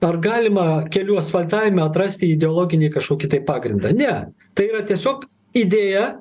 ar galima kelių asfaltavime atrasti ideologinį kažkokį tai pagrindą ne tai yra tiesiog idėja